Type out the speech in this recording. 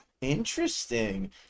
Interesting